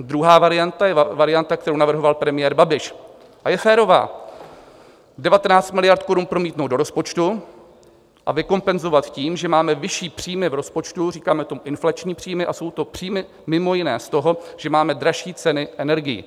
Druhá varianta je varianta, kterou navrhoval premiér Babiš, a je férová, 19 miliard promítnout do rozpočtu a vykompenzovat tím, že máme vyšší příjmy v rozpočtu, říkáme tomu inflační příjmy, a jsou to příjmy mimo jiné z toho, že máme dražší ceny energií.